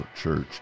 church